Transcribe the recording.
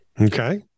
Okay